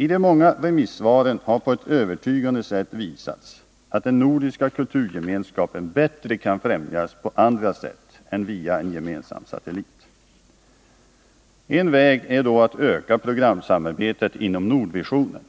I de många remissvaren har på ett övertygande sätt visats att den nordiska kulturgemenskapen bättre kan främjas på andra sätt än via en gemensam satellit. En väg är att öka programsamarbetet inom Nordvisionen.